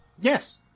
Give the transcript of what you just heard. Yes